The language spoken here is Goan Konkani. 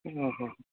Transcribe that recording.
आं हां